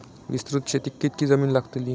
विस्तृत शेतीक कितकी जमीन लागतली?